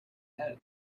head